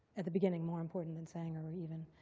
at the beginning, more important than sanger, even.